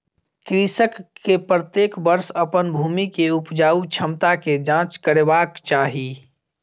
कृषक के प्रत्येक वर्ष अपन भूमि के उपजाऊ क्षमता के जांच करेबाक चाही